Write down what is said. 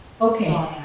Okay